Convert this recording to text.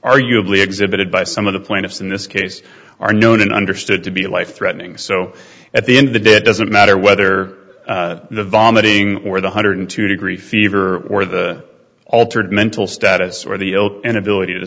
arguably exhibited by some of the plaintiffs in this case are known and understood to be life threatening so at the end of the day it doesn't matter whether the vomiting or the hundred two degree fever or the altered mental status or the inability to